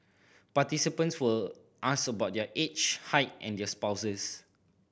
participants were asked about their age height and their spouses